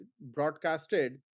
broadcasted